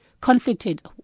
conflicted